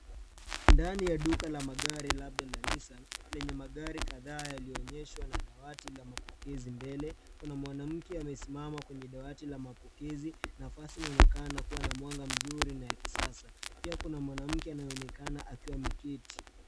Ndani ya duka la magari labda ya Nissan lenye magari kadhaa yaliyoonyeshwa na dawati la mapokezi mbele. Kuna mwanamke amesimama kwenye dawati la mapokezi. Nafasi inaonekana kuwa na mwanga mzuri na ya kisasa. Pia kuna mwanamke anayeonekana akiwa ameketi .